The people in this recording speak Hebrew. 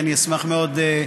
אני אשמח מאוד,